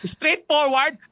Straightforward